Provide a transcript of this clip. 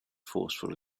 forceful